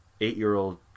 eight-year-old